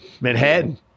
Manhattan